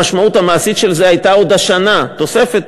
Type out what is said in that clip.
המשמעות המעשית של זה הייתה עוד השנה תוספת,